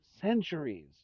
centuries